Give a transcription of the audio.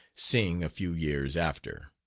sing a few years after